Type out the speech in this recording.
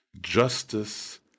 justice